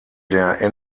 der